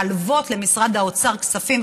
להלוות למשרד האוצר כספים.